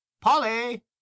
Polly